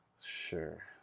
sure